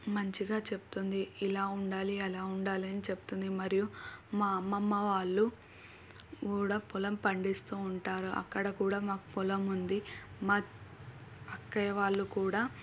మంచిగా చెప్తుంది ఇలా ఉండాలి అలా ఉండాలి అని చెప్తుంది మరియు మా అమ్మమ్మ వాళ్ళు కూడా పలం పండిస్తూ ఉంటారు అక్కడ కూడా మాకు పొలం ఉంది మా అక్కయ్య వాళ్ళు కూడా